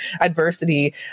adversity